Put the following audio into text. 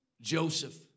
Joseph